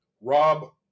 Rob